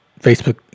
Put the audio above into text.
facebook